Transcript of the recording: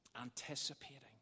anticipating